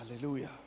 hallelujah